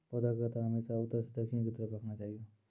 पौधा के कतार हमेशा उत्तर सं दक्षिण के तरफ राखना चाहियो